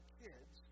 kids